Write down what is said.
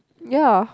ya